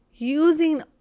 using